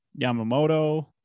Yamamoto